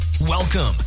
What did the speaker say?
Welcome